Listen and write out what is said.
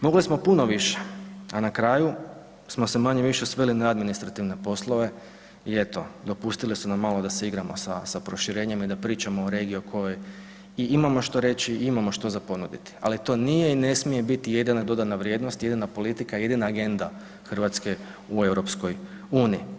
Mogli smo puno više, a na kraju smo se manje-više sveli na administrativne poslove i eto dopustili su nam malo da se igramo sa proširenjem i da pričamo o regiji o kojoj i imamo što reći i imamo što za ponuditi, ali to nije i ne smije biti jedina dodana vrijednost, jedina politika, jedina agenda Hrvatske u EU.